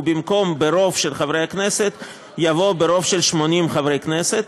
ובמקום "ברוב של חברי הכנסת" יבוא "ברוב של 80 חברי הכנסת,